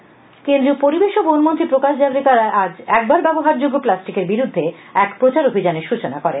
প্রকাশ জাভবেকব কেন্দ্রীয় পরিবেশ ও বনমন্ত্রী প্রকাশ জাভরেকর আজ একবার ব্যবহারযোগ্য প্লাস্টিকের বিরুদ্ধে এক প্রচারাভিযানের সূচনা করেন